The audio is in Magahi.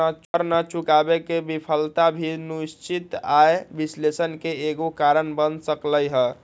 कर न चुकावे के विफलता भी निश्चित आय विश्लेषण के एगो कारण बन सकलई ह